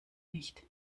nicht